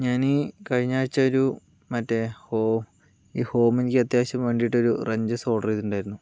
ഞാൻ ഈ കഴിഞ്ഞ ആഴ്ച ഒരു മറ്റേ ഹോ ഈ ഹോമിലേക്ക് അത്യാവശ്യം വേണ്ടിയിട്ടൊരു റഞ്ചസ് ഓർഡർ ചെയ്തിട്ടുണ്ടായിരുന്നു